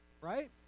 Right